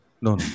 No